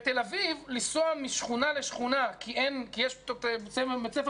בתל אביב לנסוע משכונה לשכונה כי יש רק את בית ספר